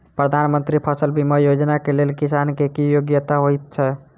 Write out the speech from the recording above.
प्रधानमंत्री फसल बीमा योजना केँ लेल किसान केँ की योग्यता होइत छै?